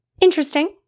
interesting